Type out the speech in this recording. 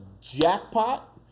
jackpot